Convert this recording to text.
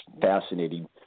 fascinating